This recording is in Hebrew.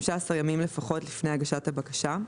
15 ימים לפחות לפני הגשת הבקשה,